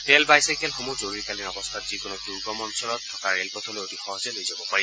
rail বাইচাইকেলসমূহ জৰুৰীকালীন অৱস্থাত যিকোনো দুৰ্গম অঞ্চলত থকা ৰে'লপথলৈ অতি সহজে লৈ যাব পাৰে